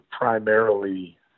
primarily